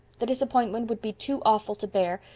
the disappointment would be too awful to bear.